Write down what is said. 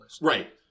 Right